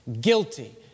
guilty